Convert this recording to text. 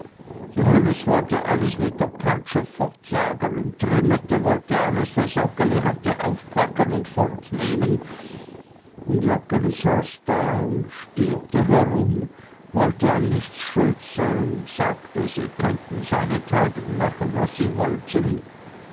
johannes wollte alles mit der peitsche fortjagen und trinette wollte alles was joggeli hatte aufpacken und fortnehmen und joggeli saß da und stierte herum wollte an nichts schuld sein sagte sie könnten seinethalben machen was sie wollten